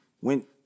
went